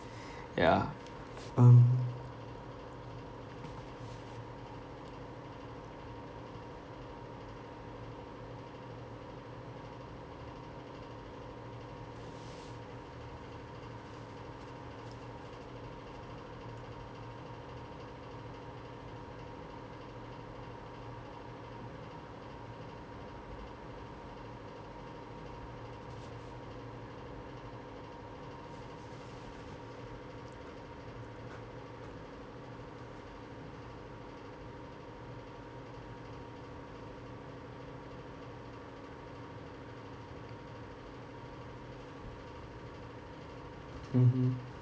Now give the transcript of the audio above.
ya um mmhmm